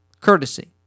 courtesy